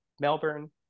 Melbourne